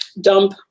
dump